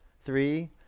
three